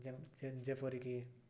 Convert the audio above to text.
ଯେପରିକି